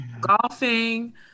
golfing